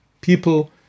people